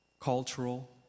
cultural